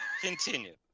continue